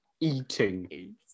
Eating